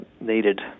needed